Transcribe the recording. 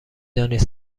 دانید